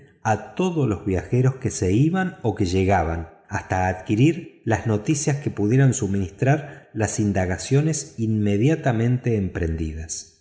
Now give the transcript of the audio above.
a todos los viajeros que se iban o que llegaban hasta adquirir las noticias que pudieran suministrar las indagaciones inmediatamente emprendidas